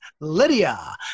Lydia